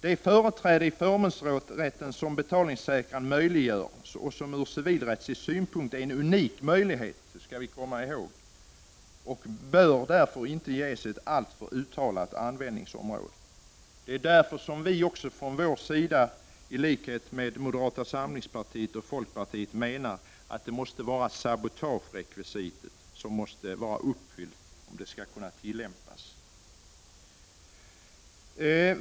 Det företräde i förmånsrätten som betalningssäkran möjliggör och som ur civilrättslig synpunkt är en unik möjlighet — det skall vi komma ihåg — bör och får inte ges ett alltför uttalat användningsområde. Det är därför som vi ilikhet med moderata samlingspartiet och folkpartiet anser att det s.k. sabotagerekvisitet måste vara uppfyllt för att riskrekvisitet skall kunna tillämpas.